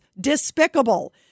despicable